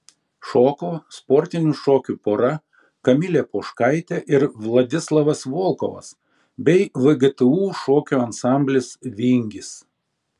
šoko sportinių šokių pora kamilė poškaitė ir vladislavas volkovas bei vgtu šokių ansamblis vingis